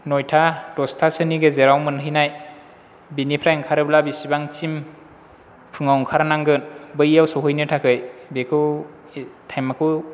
नयथा दसथासोनि गेजेराव मोनहैनाय बिनिफ्राय ओंखारोब्ला बिसिबांसिम फुङाव ओंखारनांगोन बैयाव सोहैनो थाखाय बेखौ थाइमखौ